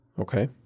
Okay